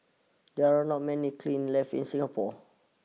there are not many kilns left in Singapore